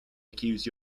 accused